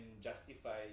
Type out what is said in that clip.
justify